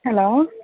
hello